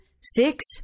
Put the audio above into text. Six